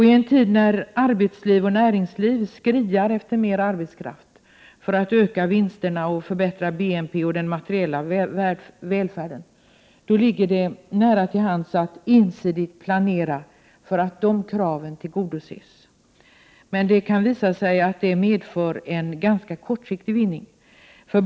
I en tid när arbetsliv och näringsliv skriar efter mer arbetskraft för att öka vinsterna och förbättra BNP och den materiella välfärden ligger det nära till hands att ensidigt planera för att de kraven tillgodoses. Det kan dock visa sig att det medför en ganska kortsiktig vinning.